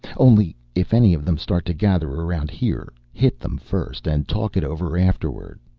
only, if any of them start to gather around here, hit them first and talk it over afterward.